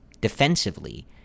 defensively